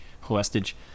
hostage